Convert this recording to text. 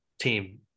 team